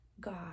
God